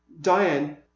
Diane